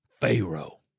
Pharaoh